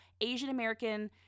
asian-american